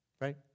Right